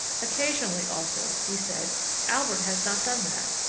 occasionally, also, he said albert has not done that.